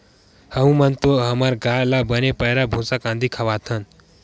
हमू मन तो हमर गाय ल बने पैरा, भूसा, कांदी खवाथन